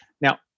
Now